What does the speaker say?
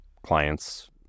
clients